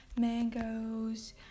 mangoes